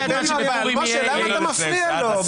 ------ משה, למה אתה מפריע לו?